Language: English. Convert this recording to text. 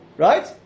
Right